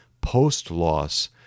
post-loss